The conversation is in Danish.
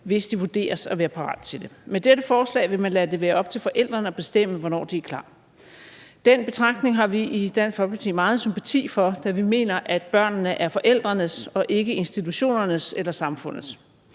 hvis de vurderes til at være parat til det. Med dette forslag vil man lade det være op til forældrene at bestemme, hvornår de er klar. Den betragtning har vi i Dansk Folkeparti meget sympati for, da vi mener, at børnene er forældrenes og ikke institutionernes eller samfundets.